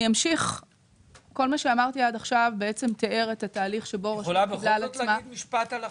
את יכולה בכל זאת להגיד משפט על החרדים?